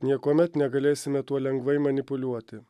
niekuomet negalėsime tuo lengvai manipuliuoti